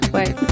wait